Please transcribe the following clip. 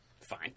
fine